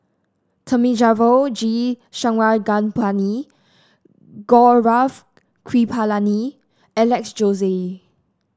Thamizhavel G Sarangapani Gaurav Kripalani Alex Josey